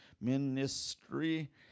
Ministry